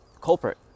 culprit